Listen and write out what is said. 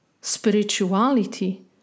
spirituality